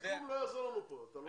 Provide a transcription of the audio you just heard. הסיכום לא יעזור לנו פה, אתה לא מבין?